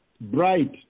Bright